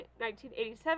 1987